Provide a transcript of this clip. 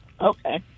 Okay